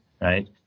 right